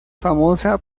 famosa